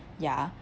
ya